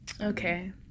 Okay